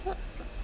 uh